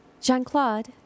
Jean-Claude